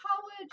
college